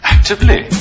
Actively